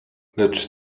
lecz